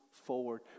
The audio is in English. forward